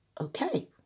Okay